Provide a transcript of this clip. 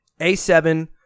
A7